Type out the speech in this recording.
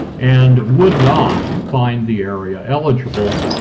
and would not find the area eligible.